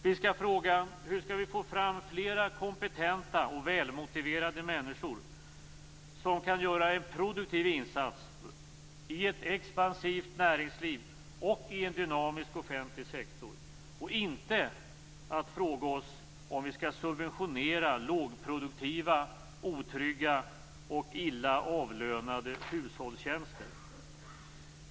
Vi skall fråga oss: Hur skall vi få fram flera kompetenta och välmotiverade människor som kan göra en produktiv insats i ett expansivt näringsliv och i en dynamisk offentlig sektor? Vi skall inte fråga oss om vi skall subventionera lågproduktiva, otrygga och illa avlönade hushållstjänster.